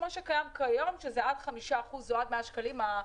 שזה היום עד 5% או עד 100 שקלים.